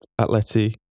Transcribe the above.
Atleti